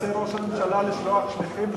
שמנסה ראש הממשלה לשלוח שליחים,